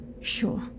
Sure